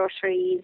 groceries